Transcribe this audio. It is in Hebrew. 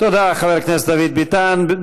תודה, חבר הכנסת דוד ביטן.